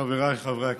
חבריי חברי הכנסת,